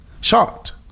shot